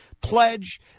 pledge